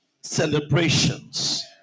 celebrations